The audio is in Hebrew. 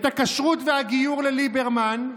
את הכשרות והגיור, לליברמן,